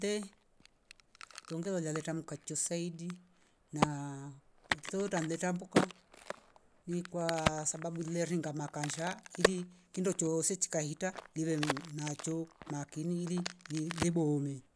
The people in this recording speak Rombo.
Te tongele leleta mkacho saidi na ikitowe tanleta mbuka nikwa sababu leringia makansha ili kindo choose chika hita limve mmh nacho makini ili nii viboome.